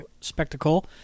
Spectacle